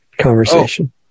conversation